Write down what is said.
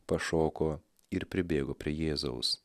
pašoko ir pribėgo prie jėzaus